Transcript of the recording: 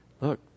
look